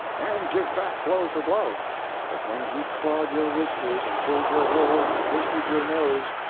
and give back blow for blow but when he clawed your whiskers, and pulled your hair, and twisted your nose,